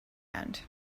end